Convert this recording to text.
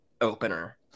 opener